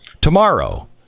tomorrow